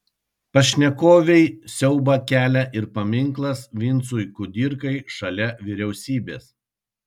pašnekovei siaubą kelia ir paminklas vincui kudirkai šalia vyriausybės